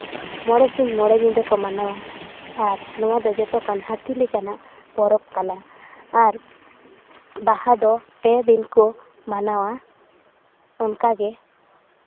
ᱢᱚᱬᱮ ᱥᱤᱧ ᱢᱚᱸ ᱬᱮ ᱧᱤᱫᱟᱹ ᱠᱚ ᱢᱟᱱᱟᱣᱟ ᱟᱨ ᱱᱚᱶᱟ ᱫᱚ ᱡᱚᱛᱚ ᱠᱷᱚᱱ ᱦᱟᱹᱛᱤ ᱞᱮᱠᱟᱱᱟᱜ ᱯᱚᱨᱚᱵ ᱠᱟᱱᱟ ᱟᱨ ᱵᱟᱦᱟ ᱫᱚ ᱯᱮ ᱫᱤᱱ ᱠᱚ ᱢᱟᱱᱟᱣᱟ ᱚᱱᱠᱟ ᱜᱮ